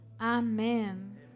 Amen